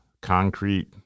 concrete